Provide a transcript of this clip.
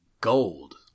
gold